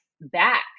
back